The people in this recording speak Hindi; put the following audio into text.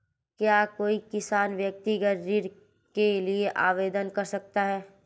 क्या कोई किसान व्यक्तिगत ऋण के लिए आवेदन कर सकता है?